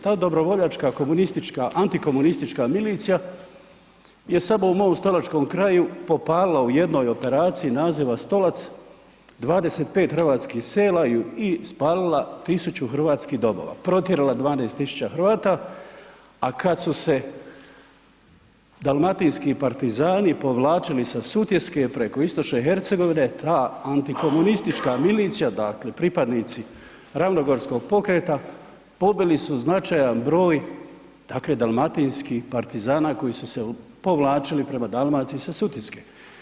Ta dobrovoljačka antikomunistička milicija je samo u mom Stolačkom kraju popalila u jednoj operaciji naziva Stolac 25 hrvatskih sela i spalila 100 hrvatskih domova, protjerala 12 tisuća Hrvata a kada su se dalmatinski partizani povlačili sa Sutjeske preko istočne Hercegovine ta antikomunistička milicija dakle pripadnici Ravnogorskog pokreta pobili su značajan broj dakle dalmatinskih partizana koji su se povlačili prema Dalmaciji sa Sutjeske.